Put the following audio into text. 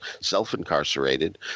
self-incarcerated